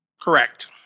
Correct